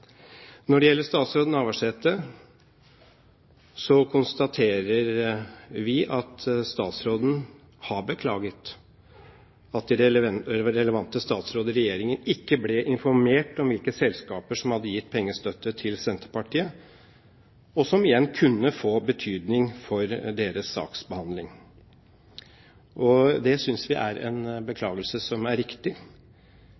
Når det gjelder statsråd Navarsete, konstaterer vi at statsråden har beklaget at de relevante statsråder i regjeringen ikke ble informert om hvilke selskaper som hadde gitt pengestøtte til Senterpartiet, noe som igjen kunne få betydning for deres saksbehandling. Det synes vi er en